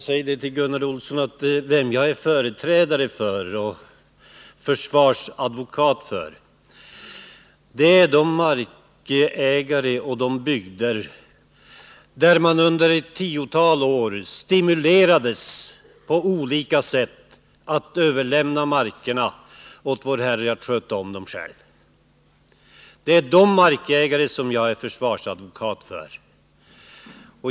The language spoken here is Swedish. Herr talman! Jag är företrädare och försvarsadvokat för de markägare och de bygder där man under ett tiotal år på olika sätt stimulerades att överlämna åt naturen själv att sköta om markerna.